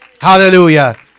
Hallelujah